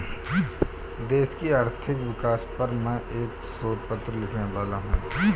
देश की आर्थिक विकास पर मैं एक शोध पत्र लिखने वाला हूँ